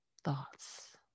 thoughts